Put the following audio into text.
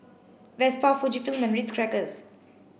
Vespa Fujifilm and Ritz Crackers